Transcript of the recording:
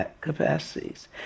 capacities